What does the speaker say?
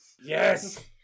Yes